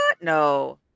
No